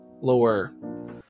lower